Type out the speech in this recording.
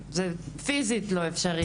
פיזית זה לא אפשרי.